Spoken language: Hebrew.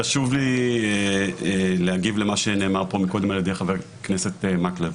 חשוב לי להגיב למה שנאמר פה מקודם על ידי חבר הכנסת מקלב.